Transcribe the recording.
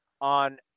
on